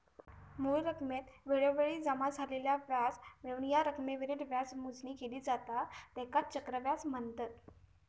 मूळ रकमेत वेळोवेळी जमा झालेला व्याज मिळवून या रकमेवरील व्याजाची मोजणी केली जाता त्येकाच चक्रवाढ व्याज म्हनतत